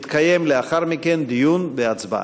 יתקיימו לאחר מכן דיון והצבעה.